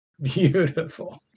Beautiful